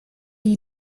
you